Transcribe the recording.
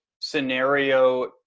scenario